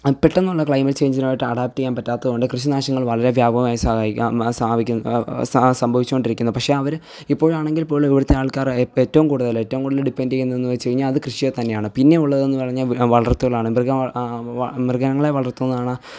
പെട്ടെന്നുള്ള ക്ലൈമറ്റ് ചെയ്ഞ്ചുമായിട്ട് അഡാപ്റ്റ് ചെയ്യാൻ പറ്റാത്തതുകൊണ്ട് കൃഷിനാശങ്ങൾ വളരെ വ്യാപകമായി സംഭവിച്ചുകൊണ്ടിരിക്കുന്നു പക്ഷേ അവർ ഇപ്പോഴാണെങ്കിൽ പോലും ഇവിടത്തെ ആൾക്കാർ ഏറ്റവും കൂടുതൽ ഏറ്റവും കൂടുതൽ ഡിപ്പെന്റ് ചെയ്യുന്നതെന്ന് വച്ചു കഴിഞ്ഞാൽ അത് കൃഷിയെ തന്നെയാണ് പിന്നെയുള്ളതെന്ന് പറഞ്ഞാൽ വളർത്തലാണ് മൃഗങ്ങളെ വളർത്തുന്നതാണ്